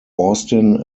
austin